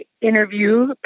interview